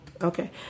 Okay